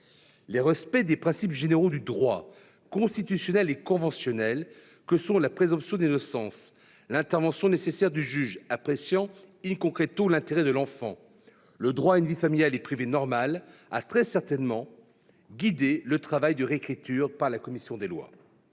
Le respect des principes généraux du droit, constitutionnels et conventionnels, que sont la présomption d'innocence, l'intervention nécessaire du juge appréciant l'intérêt de l'enfant, le droit à une vie familiale et privée normale, a très nécessairement guidé le travail de la commission des lois.